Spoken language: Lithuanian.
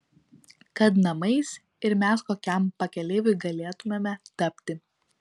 kad namais ir mes kokiam pakeleiviui galėtumėme tapti